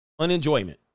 Unenjoyment